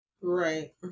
Right